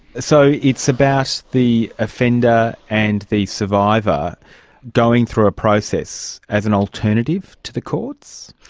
so it's about the offender and the survivor going through a process as an alternative to the courts?